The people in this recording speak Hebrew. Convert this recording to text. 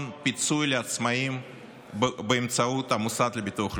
פיצוי לעצמאים באמצעות המוסד לביטוח לאומי.